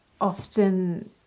often